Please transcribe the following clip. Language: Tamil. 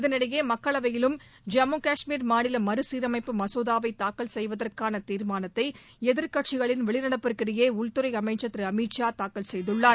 இதனிடையே மக்களவையிலும் ஜம்மு கஷ்மீர் மாநில மறுசீரமைப்பு மசோதாவை தாக்கல் செய்வதற்கான தீர்மானத்தை எதிர்கட்சிகளின் வெளிநடப்பிற்கிடையே உள்துறை அமைச்சர் திரு அமித் ஷா தாக்கல் செய்துள்ளார்